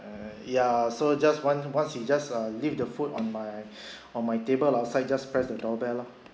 ya so just want once you just uh leave the food on my on my table outside just press the doorbell lah